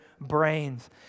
brains